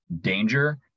danger